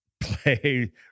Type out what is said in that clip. play